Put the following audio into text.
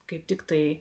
kaip tiktai